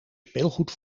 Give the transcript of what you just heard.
speelgoed